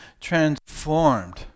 transformed